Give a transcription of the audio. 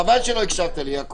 חבל שלא הקשבת לי, יעקב.